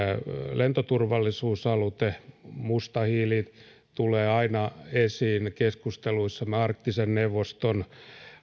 lentoturvallisuusaloite musta hiili tulee aina esiin keskusteluissamme arktisen neuvoston